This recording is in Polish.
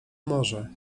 może